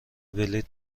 بلیط